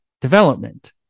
development